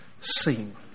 seen